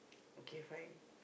okay fine